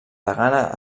degana